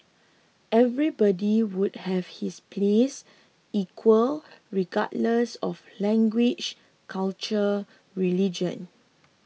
everybody would have his place equal regardless of language culture religion